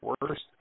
Worst